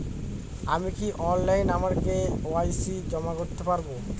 আমি কি অনলাইন আমার কে.ওয়াই.সি জমা করতে পারব?